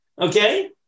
Okay